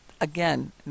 again